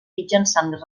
mitjançant